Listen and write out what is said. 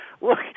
Look